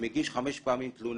שמגיש חמש פעמים תלונה,